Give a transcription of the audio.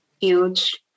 huge